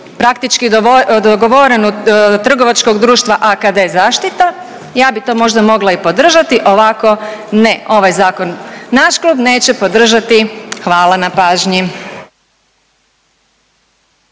praktički dogovorenu trgovačkog društva AKD Zaštita, ja bi to možda mogla i podržati ovako ne. Ovaj zakon naš klub neće podržati. Hvala na pažnji.